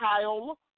Kyle